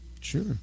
Sure